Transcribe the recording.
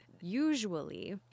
usually